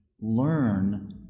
learn